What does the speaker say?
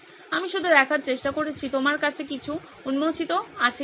আমি শুধু দেখার চেষ্টা করছি তোমার কাছে কিছু উন্মোচিত আছে কিনা